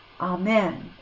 Amen